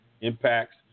impacts